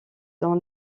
dans